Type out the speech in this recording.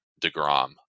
Degrom